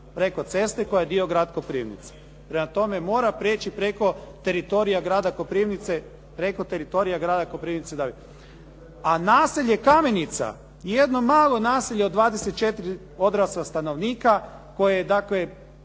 preko ceste koja je dio grada Koprivnice. Prema tome, mora prijeći preko teritorija grada Koprivnice. A naselje Kamenica, jedno malo naselje od 24 odrasla stanovnika koje je isto